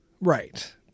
right